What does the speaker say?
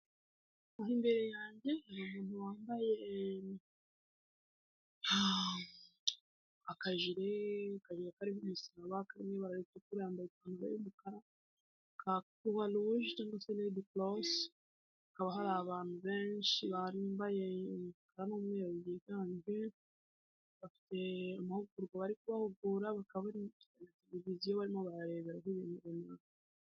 Imbere yanjye hari umuntu wambaye akajiri kagiye karimo imisaraba, karimo ibara ritukura, ndetse niry'umukara, ka kuruwaruje cyangwa se redi korosi, akaba hari abantu benshi bambaye umukara n'umweru biganje, bafite amahugurwa bari kubahugura, bakaba bafite ibyo barimo bararebera kuri televiziyo.